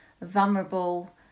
vulnerable